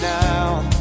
now